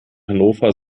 hannover